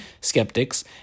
skeptics